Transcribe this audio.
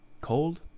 Cold